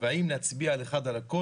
והאם להצביע אחד או על הכל,